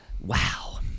wow